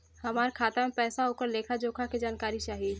हमार खाता में पैसा ओकर लेखा जोखा के जानकारी चाही?